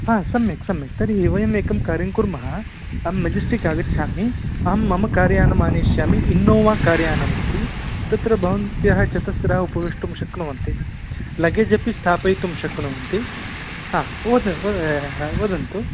सम्यक् सम्यक् तर्हि वयमेकं कार्यं कुर्मः अहं मेजस्टिक् आगच्छामि अहं मम कार् यानम् आनयिष्यामि इन्नोवा कार् यानमस्ति तत्र भवन्तः चतस्रः उवेष्टुं शक्नुवन्ति लगेज् अपि स्थापयितुं शक्नुवन्ति ओन् वदन्तु